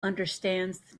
understands